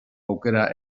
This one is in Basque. aukera